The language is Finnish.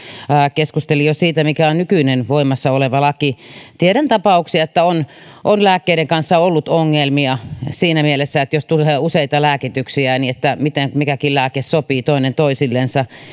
keskusteli jo siitä mikä on nykyinen voimassa oleva laki tiedän tapauksia että on on lääkkeiden kanssa ollut ongelmia siinä mielessä että jos tulee useita lääkityksiä niin miten mikäkin lääke sopii toinen toisillensa